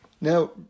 Now